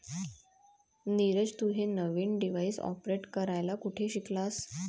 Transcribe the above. नीरज, तू हे नवीन डिव्हाइस ऑपरेट करायला कुठे शिकलास?